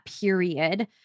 period